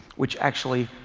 which actually,